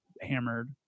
hammered